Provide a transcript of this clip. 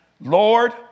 Lord